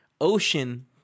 Ocean